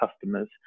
customers